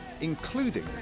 including